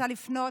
שכנעת אותי.